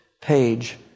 page